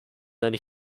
then